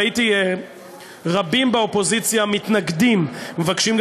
ראיתי רבים באופוזיציה מתנגדים ומבקשים גם